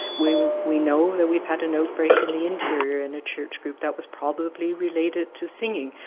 we we know that we've had an outbreak in the interior in a church group that was probably related to singing